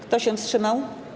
Kto się wstrzymał?